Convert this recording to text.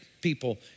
people